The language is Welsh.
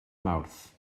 mawrth